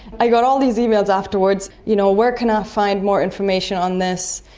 i got all these emails afterwards, you know, where can i find more information on this?